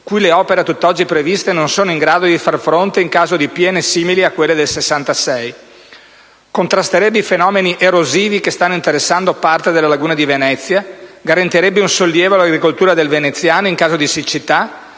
quali le opere a tutt'oggi previste non sono in grado di far fronte in caso di piene simili a quelle del 1966; contrasterebbe i fenomeni erosivi che stanno interessando parte della laguna di Venezia; garantirebbe un sollievo all'agricoltura del veneziano in caso di siccità;